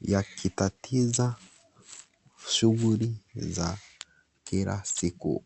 yakitatiza shughuli za kila siku.